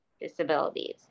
disabilities